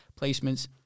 placements